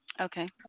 Okay